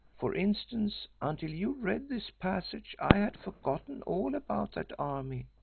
for instance, until you read this passage i had forgotten all about that army,